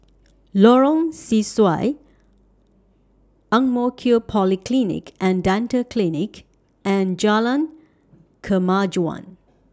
Lorong Sesuai Ang Mo Kio Polyclinic and Dental Clinic and Jalan Kemajuan